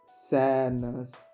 sadness